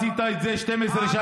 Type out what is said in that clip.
50%. לא עשית את זה 12 שנים,